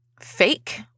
fake